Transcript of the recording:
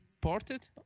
ported